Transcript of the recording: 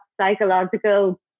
psychological